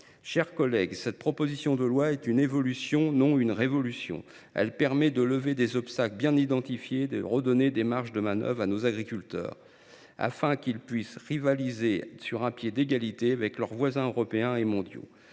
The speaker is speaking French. chers collègues, cette proposition de loi est une évolution, non une révolution. Elle vise à lever des obstacles bien identifiés et à redonner des marges de manœuvre à nos agriculteurs, afin qu’ils puissent rivaliser sur un pied d’égalité avec leurs voisins européens et mondiaux.